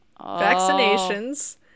Vaccinations